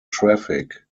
traffic